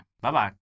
Bye-bye